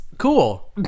cool